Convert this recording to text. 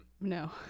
No